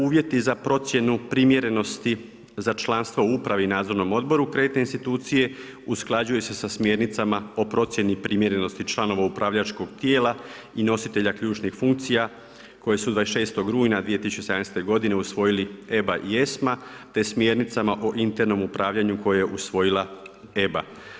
Uvjeti za procjenu primjerenosti za članstvo u upravi i nadzornom odboru kreditne institucije usklađuje se sa smjernicama o procjeni primjerenosti članova upravljačkog tijela i nositelja ključnih funkcija koje su 26. rujna 2017. godine usvojili EBA i ESMA te smjernicama o internom upravljanju koje je usvojila EBA.